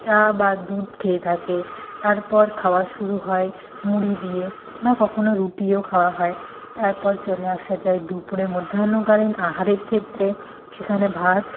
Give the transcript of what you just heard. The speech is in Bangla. চা বা দুধ খেয়ে থাকে তারপর খাওয়া শুরু হয় মুড়ি দিয়ে বা কখনো রুটিও খাওয়া হয় তারপর চলে আসা যায় দুপুরের মধ্যে মধ্যাহ্নকালীন আহারের ক্ষেত্রে সেখানে ভাত